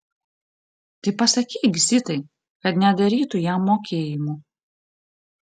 tai pasakyk zitai kad nedarytų jam mokėjimų